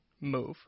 move